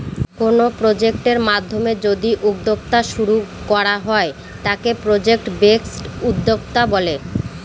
কোনো প্রজেক্টের মাধ্যমে যদি উদ্যোক্তা শুরু করা হয় তাকে প্রজেক্ট বেসড উদ্যোক্তা বলে